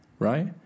right